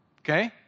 Okay